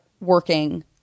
working